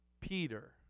Peter